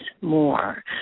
more